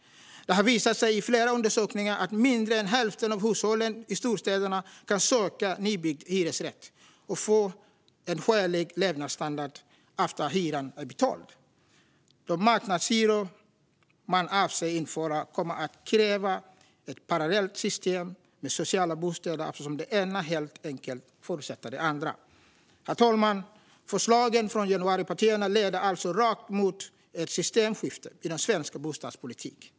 Det har visat sig i flera undersökningar att mindre än hälften av hushållen i storstäderna kan söka en nybyggd hyresrätt och få en skälig levnadsstandard efter att hyran är betald. De marknadshyror man avser att införa kommer att kräva ett parallellt system med sociala bostäder, eftersom det ena helt enkelt förutsätter det andra. Herr talman! Förslagen från januaripartierna leder alltså rakt mot ett systemskifte i den svenska bostadspolitiken.